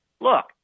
look